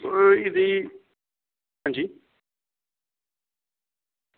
हां एह्दी हां जी